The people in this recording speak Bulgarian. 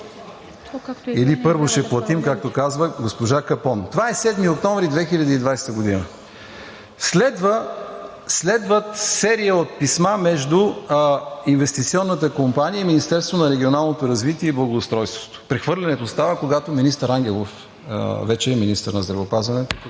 Или първо ще платим, както казва госпожа Капон. Това е 7 октомври 2020 г. Следва серия от писма между инвестиционната компания и Министерството на регионалното развитие и благоустройството. Прехвърлянето става, когато министър Ангелов вече е министър на здравеопазването.